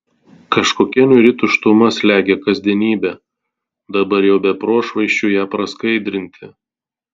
kažkokia niūri tuštuma slegia kasdienybę dabar jau be prošvaisčių ją praskaidrinti